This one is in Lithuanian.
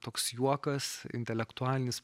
toks juokas intelektualinis